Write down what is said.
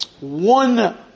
one